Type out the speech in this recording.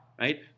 Right